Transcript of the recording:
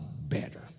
better